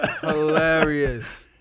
Hilarious